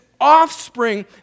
offspring